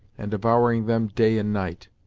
and devouring them day and night.